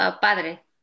¿Padre